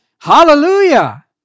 hallelujah